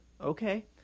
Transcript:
okay